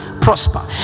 prosper